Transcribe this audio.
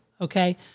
Okay